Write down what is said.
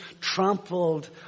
trampled